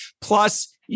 plus